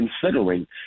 considering